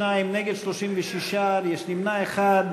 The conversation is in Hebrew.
בעד, 22, נגד, 36, נמנע אחד.